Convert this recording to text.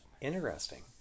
Interesting